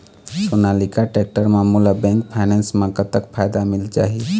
Sonalika tractor म मोला bank finance म कतक फायदा मिल जाही?